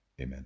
Amen